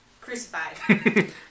crucified